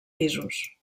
pisos